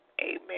Amen